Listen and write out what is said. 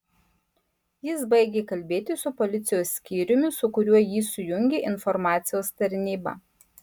jis baigė kalbėti su policijos skyriumi su kuriuo jį sujungė informacijos tarnyba